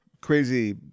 crazy